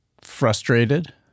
frustrated